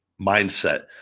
mindset